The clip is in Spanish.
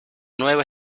nueva